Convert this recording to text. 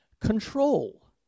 control